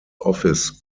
office